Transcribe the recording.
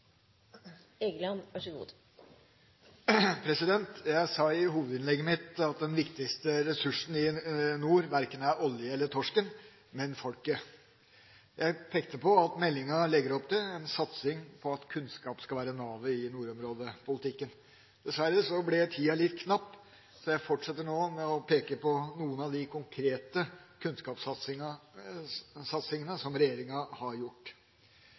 verken oljen eller torsken, men folket. Jeg pekte på at meldinga legger opp til en satsing på at kunnskap skal være navet i nordområdepolitikken. Dessverre ble tida litt knapp, så jeg fortsetter nå med å peke på noen av de konkrete kunnskapssatsingene som regjeringa har gjort.